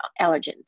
allergens